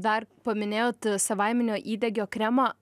dar paminėjot savaiminio įdegio kremą